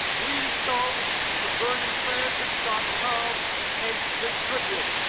please go to berniesanders dot com and contribute.